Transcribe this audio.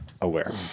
aware